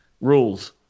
rules